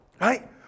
Right